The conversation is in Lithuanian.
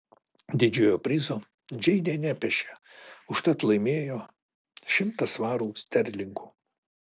didžiojo prizo džeinė nepešė užtat laimėjo šimtą svarų sterlingų